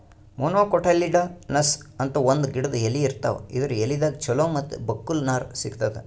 monocotyledonous ಅಂತ್ ಒಂದ್ ಗಿಡದ್ ಎಲಿ ಇರ್ತಾವ ಇದರ್ ಎಲಿದಾಗ್ ಚಲೋ ಮತ್ತ್ ಬಕ್ಕುಲ್ ನಾರ್ ಸಿಗ್ತದ್